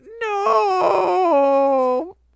No